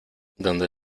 donde